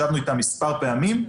ישבנו איתם מספר פעמים,